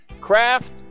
Craft